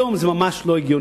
היום זה ממש לא הגיוני.